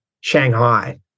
Shanghai